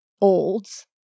old's